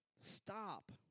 Stop